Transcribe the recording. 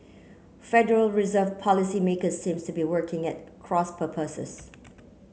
Federal Reserve policymakers seems to be working at cross purposes